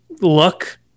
look